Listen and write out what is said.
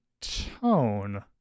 tone